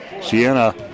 Sienna